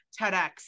TEDx